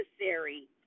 necessary